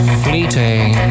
fleeting